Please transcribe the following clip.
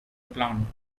plant